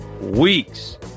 weeks